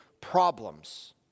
problems